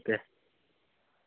okay